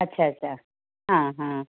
अच्छा अच्छा हां हां